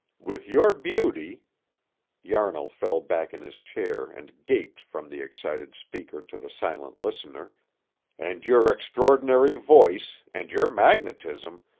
with your beauty yarnall fell back in his chair and gaped from the excited speaker to the silent listener and your extraordinary voice, and your magnetism,